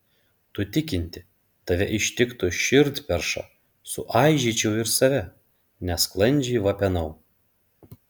tu tikinti tave ištiktų širdperša suaižyčiau ir save nesklandžiai vapenau